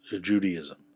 Judaism